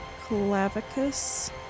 clavicus